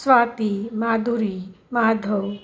Swati Madhuri Madhav